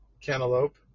cantaloupe